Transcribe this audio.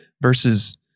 versus